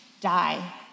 die